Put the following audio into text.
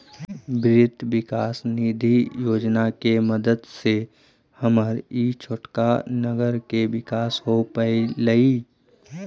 वित्त विकास निधि योजना के मदद से हमर ई छोटका नगर के विकास हो पयलई